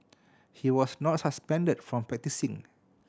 he was not suspended from practising